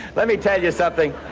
let me tell you something.